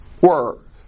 work